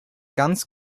ganz